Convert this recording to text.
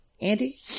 Andy